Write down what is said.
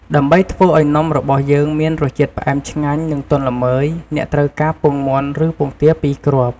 ដើម្បីធ្វើឱ្យនំរបស់យើងមានរសជាតិផ្អែមឆ្ងាញ់ និងទន់ល្មើយ អ្នកត្រូវការ ពងមាន់ ឬពងទា ២ គ្រាប់។